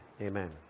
Amen